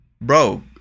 bro